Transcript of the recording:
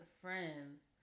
friends